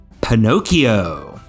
Pinocchio